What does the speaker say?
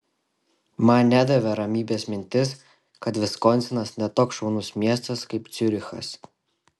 man nedavė ramybės mintis kad viskonsinas ne toks šaunus miestas kaip ciurichas